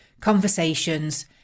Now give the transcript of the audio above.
conversations